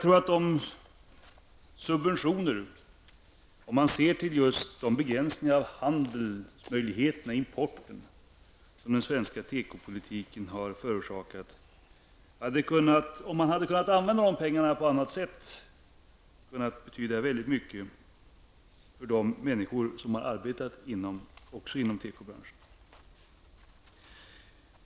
Om man ser till de begränsningar av handelsmöjligheterna, av importen, som den svenska tekopolitiken förorsakat, tror jag att det hade betytt väldigt mycket även för de människor som arbetar inom tekoindustrin, ifall man hade kunnat använda de pengar som utgått till subventioner på ett annat sätt.